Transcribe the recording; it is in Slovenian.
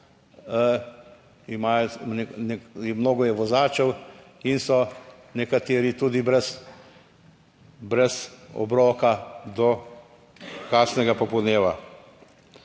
mnogo je vozačev in so nekateri tudi brez, brez obroka do kakšnega popoldneva.